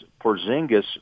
Porzingis